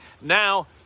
Now